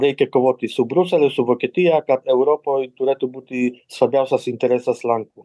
reikia kovoti su briuseliu su vokietija europoj turėtų būti svarbiausias interesas lenkų